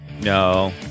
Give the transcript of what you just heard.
no